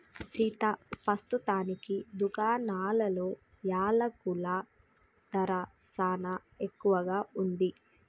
సీతా పస్తుతానికి దుకాణాలలో యలకుల ధర సానా ఎక్కువగా ఉంది